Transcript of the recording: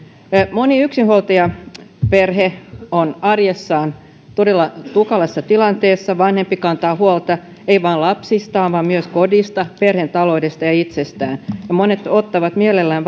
moni yksinhuoltajaperhe on arjessaan todella tukalassa tilanteessa vanhempi kantaa huolta ei vain lapsistaan vaan myös kodista perheen taloudesta ja itsestään monet ottavat mielellään